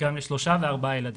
וגם לשלושה וארבעה ילדים.